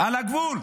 על הגבול,